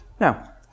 Now